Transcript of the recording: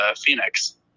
Phoenix